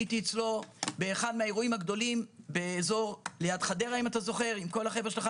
הייתי אצלו באחד האירועים הגדולים ליד חדרה עם כל החבר'ה שלו,